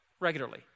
regularly